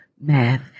math